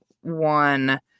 one